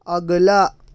اگلا